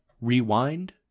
rewind